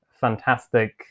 fantastic